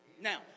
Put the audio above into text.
Now